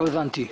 לא הבנתי.